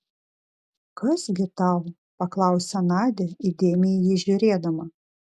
kas gi tau paklausė nadia įdėmiai į jį žiūrėdama